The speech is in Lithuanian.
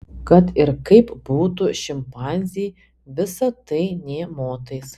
kad ir kaip būtų šimpanzei visa tai nė motais